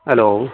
hello